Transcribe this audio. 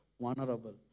vulnerable